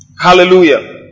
Hallelujah